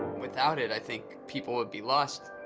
without it, i think people would be lost.